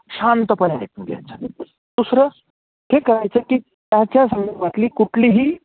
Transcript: शांतपणे ऐकून घ्यायचं दुसरं हे करायचं की त्याच्या संदर्भातली कुठलीही